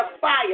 fire